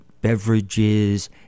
beverages